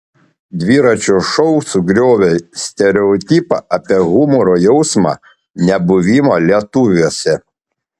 dviračio šou sugriovė stereotipą apie humoro jausmą nebuvimą lietuviuose